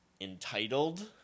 entitled